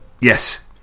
yes